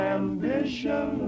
ambition